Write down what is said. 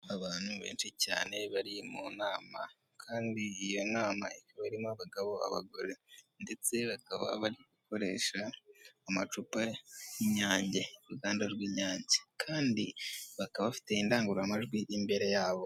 Abantu benshi cyane bari mu nama kandi iyo nama ikaba irimo abagabo abagore ndetse bakaba bari gukoresha amacupa y'Inyange, uruganda rw'Inyange kandi bakaba bafite indangururamajwi imbere yabo.